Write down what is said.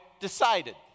decided